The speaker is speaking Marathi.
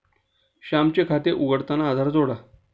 श्यामचे खाते उघडताना आधार जोडा